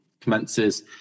commences